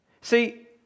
See